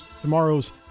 tomorrow's